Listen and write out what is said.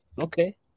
Okay